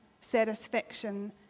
satisfaction